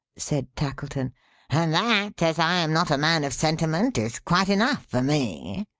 said tackleton and that, as i am not a man of sentiment, is quite enough for me.